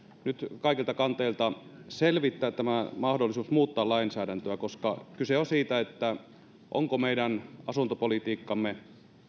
nyt kaikilta kanteilta selvittää tämä mahdollisuus muuttaa lainsäädäntöä koska kyse on siitä onko meidän asuntopolitiikkamme